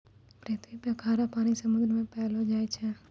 पृथ्वी पर खारा पानी समुन्द्र मे पैलो जाय छै